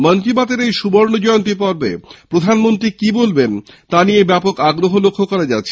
মন কী বাতের এই সুবর্ণ জয়ন্তী সংস্করণে প্রধানমন্ত্রী কী বলেন তা নিয়ে ব্যাপক আগ্রহ লক্ষ্য করা যাচ্ছে